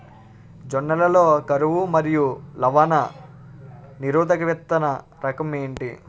జొన్న లలో కరువు మరియు లవణ నిరోధక విత్తన రకం ఏంటి?